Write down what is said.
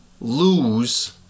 lose